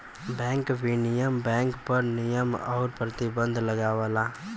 bank विनियमन bank पर नियम आउर प्रतिबंध लगावला